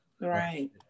Right